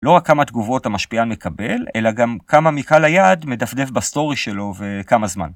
לא רק כמה תגובות המשפיען מקבל, אלא גם כמה מקהל היעד מדפדף בסטורי שלו, וכמה זמן.